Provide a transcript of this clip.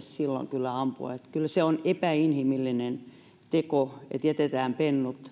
silloin kyllä ampua kyllä se on epäinhimillinen teko että jätetään pennut